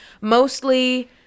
Mostly